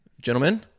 gentlemen